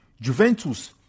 Juventus